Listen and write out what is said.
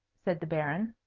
said the baron.